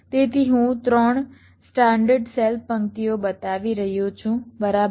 તેથી હું 3 standard cell પંક્તિઓ બતાવી રહ્યો છું બરાબર